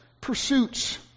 pursuits